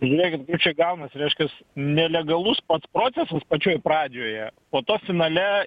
žiūrėkit kaip čia gaunasi reiškias nelegalus pats procesas pačioj pradžioje po to finale